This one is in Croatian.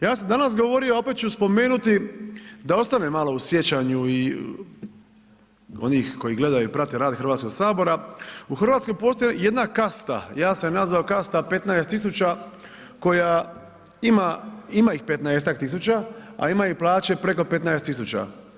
Ja sam danas govorio, a opet ću spomenuti da ostane malo u sjećanju i onih koji gledaju i prate rad Hrvatskog sabora, u Hrvatskoj postoji jedna kasta, ja sam je nazvao kasta 15.000 koja ima, ima ih 15-tak tisuća, a imaju plaće preko 15.000.